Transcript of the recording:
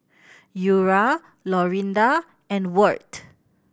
Eura Lorinda and Wirt